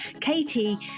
Katie